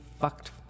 fucked